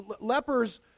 Lepers